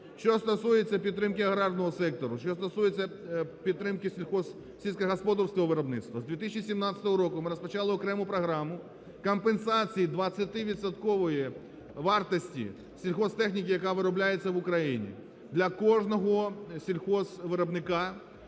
Що стосується підтримки аграрного сектору. Що стосується підтримки сільськогосподарського виробництва. З 2017 року ми розпочали окрему програму компенсації 20 відсоткової вартості сільхозтехніки, яка виробляється в Україні, для кожного сільхозвиробника,